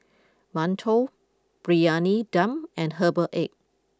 Mantou Briyani Dum and Herbal Egg